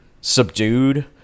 subdued